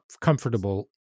comfortable